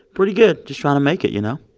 pretty good. just trying to make it, you know?